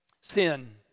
Sin